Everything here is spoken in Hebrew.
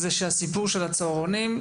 המצב בצהרונים,